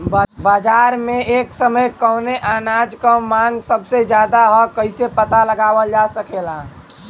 बाजार में एक समय कवने अनाज क मांग सबसे ज्यादा ह कइसे पता लगावल जा सकेला?